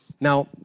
Now